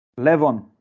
Levon